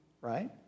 right